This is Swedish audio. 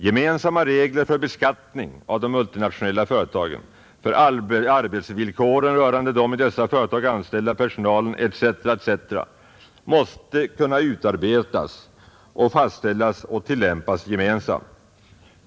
Gemensamma regler för beskattning av de multinationella företagen, för arbetsvillkoren rörande den i dessa företag anställda personalen etc. måste kunna utarbetas, fastställas och tillämpas gemensamt.